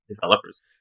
developers